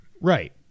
Right